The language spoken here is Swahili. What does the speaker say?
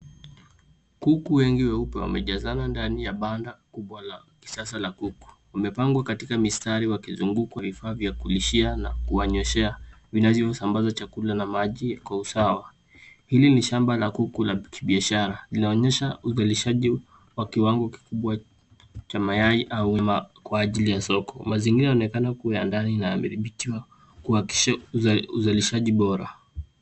Kuku wengi weupe wamejazana ndani ya banda kubwa la kisasa la kuku. Wamepangwa katika mistari wakizunguka vifaa vya kulishia na kuwanyoshea vinavyosambaza chakula na maji kwa usawa. Hili ni shamba la kuku la kibiashara linaonyesha uzalishaji wa kiwango kikubwa cha mayai au kwa ajili ya soko. Mazingira yanaonekana kuya ndani na amethibitiwa kuhakikisha uzalishaji bora.